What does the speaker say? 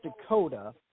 Dakota